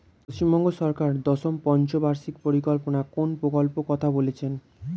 পশ্চিমবঙ্গ সরকার দশম পঞ্চ বার্ষিক পরিকল্পনা কোন প্রকল্প কথা বলেছেন?